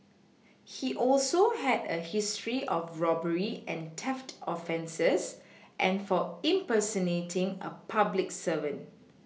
he also had a history of robbery and theft offences and for impersonating a public servant